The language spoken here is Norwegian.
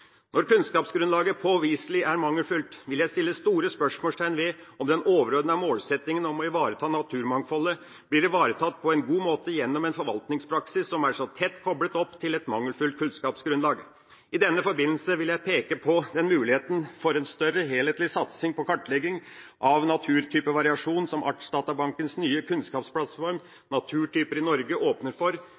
Når kunnskapsgrunnlaget påviselig er mangelfullt, vil jeg stille store spørsmål ved om den overordnede målsettingen om å ivareta naturmangfoldet, blir ivaretatt på en god måte gjennom en forvaltningspraksis som er så tett koblet opp til et mangelfullt kunnskapsgrunnlag. I denne forbindelsen vil jeg peke på den muligheten for en større, helhetlig satsing på kartlegging av naturtypevariasjon som Artsdatabankens nye kunnskapsplattform Naturtyper i Norge åpner for,